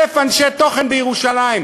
1,000 אנשי תוכן בירושלים,